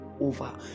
over